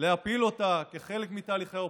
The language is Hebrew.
להפיל אותה כחלק מתהליכי אופוזיציה,